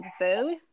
episode